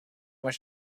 much